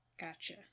Gotcha